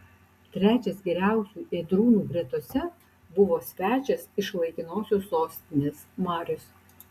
trečias geriausių ėdrūnų gretose buvo svečias iš laikinosios sostinės marius